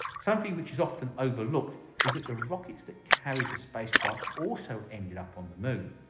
something which is often overlooked is it the rockets that carried the spacecraft also ended up on the moon.